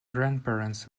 grandparents